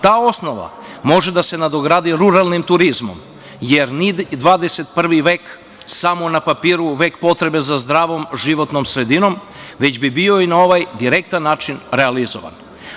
Ta osnova može da se nadogradi ruralnim turizmom, jer XXI vek samo na papiru, vek potrebe za zdravom životnom sredinom, već bi bio i na ovaj direktan način realizovan.